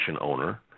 owner